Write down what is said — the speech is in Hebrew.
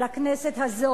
אבל הכנסת הזו,